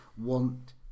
want